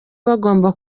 bagomba